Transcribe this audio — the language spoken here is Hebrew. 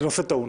זה נושא טעון,